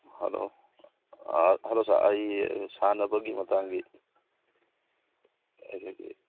hello hello sir ꯑꯩ ꯁꯥꯟꯅꯕꯒꯤ ꯃꯇꯥꯡꯒꯤ ꯑꯩꯈꯣꯏꯒꯤ